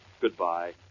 Goodbye